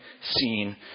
seen